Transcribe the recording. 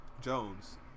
Jones